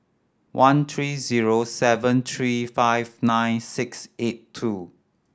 one three zero seven three five nine six eight two